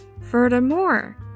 furthermore